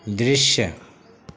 दृश्य